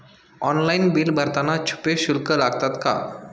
Online bill भरताना छुपे शुल्क लागतात का?